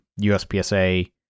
USPSA